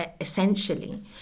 essentially